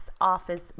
office